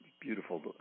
beautiful